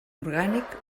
orgànic